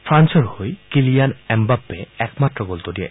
ফ্ৰান্সৰ হৈ Kylian Mbappe একমাত্ৰ গলটো দিয়ে